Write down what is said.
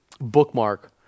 bookmark